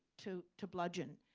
to to bludgeon.